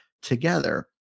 together